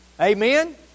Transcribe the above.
Amen